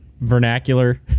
vernacular